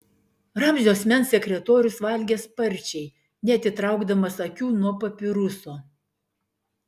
ramzio asmens sekretorius valgė sparčiai neatitraukdamas akių nuo papiruso